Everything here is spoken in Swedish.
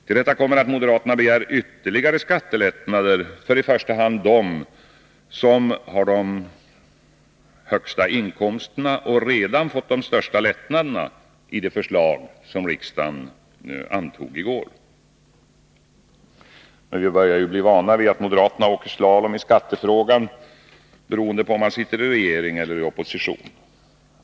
Till detta kommer att moderaterna begär ytterligare skattelättnader för i första hand dem som har de högsta inkomsterna och redan fått de största lättnaderna i det förslag som riksdagen antog i går. Men vi börjar ju bli vana vid att moderaterna åker slalom i skattefrågan, beroende på om de sitter i regering eller i opposition.